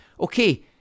Okay